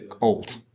old